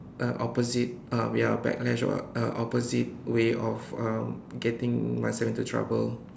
uh opposite um ya backlash or what uh opposite way of um getting myself into trouble